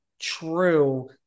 true